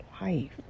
life